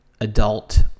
adult